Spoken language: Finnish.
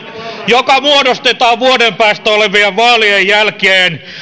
joka muodostetaan vuoden päästä olevien vaalien jälkeen